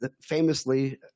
famously